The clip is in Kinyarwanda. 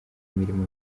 mirimo